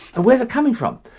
and where's it coming from?